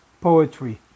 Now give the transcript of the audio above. poetry